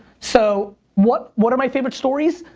so what, what are my favorite stories?